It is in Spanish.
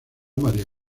maría